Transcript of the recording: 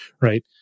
right